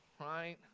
right